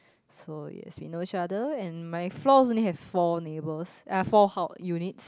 so yes we know each other and my floor only have four neighbours uh four house units